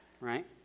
right